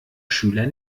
schüler